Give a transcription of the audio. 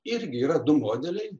irgi yra du modeliai